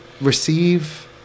receive